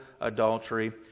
adultery